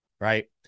right